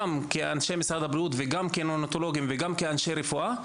גם כאנשי משרד הבריאות וגם כניאונטולוגים וגם כאנשי רפואה,